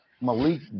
Malik